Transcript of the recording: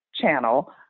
channel